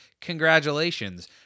Congratulations